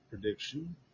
prediction